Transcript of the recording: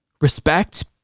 respect